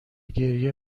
گریه